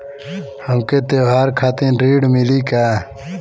हमके त्योहार खातिर ऋण मिली का?